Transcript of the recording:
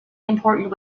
important